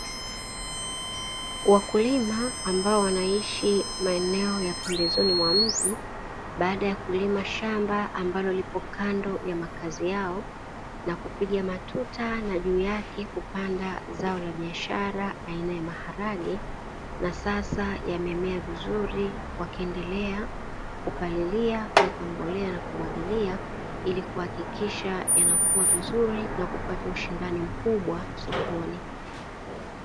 Wakulima ambao wanaishi pembezoni mwa mji, baada ya kulima shamba ambalo lipo kando ya makazi yao na kupiga matuta na juu yake kupanda zao la biashara aina ya maharage. Na sasa yamemea vizuri wakiendelea kupalilia kuweka mbolea na kumwagilia, ili kuhakikisha yanakua vizuri na kupata ushindani mkubwa sokoni.